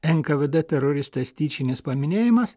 nkvd teroristais tyčinis paminėjimas